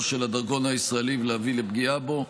של הדרכון הישראלי ולהביא לפגיעה בו.